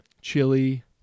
Chili